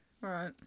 right